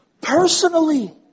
personally